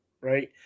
right